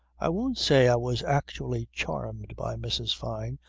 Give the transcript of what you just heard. i won't say i was actually charmed by mrs. fyne.